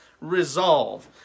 resolve